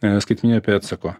skaitmeninio pėdsako